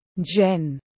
Jen